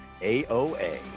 AOA